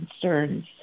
concerns